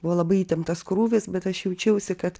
buvo labai įtemptas krūvis bet aš jaučiausi kad